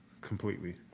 completely